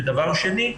ודבר שני,